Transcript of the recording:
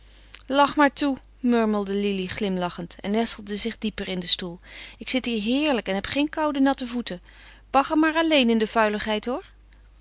lach maar toe murmelde lili glimlachend en nestelde zich dieper in den stoel ik zit hier heerlijk en heb geen koude natte voeten bagger maar alleen in de vuiligheid hoor